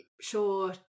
sure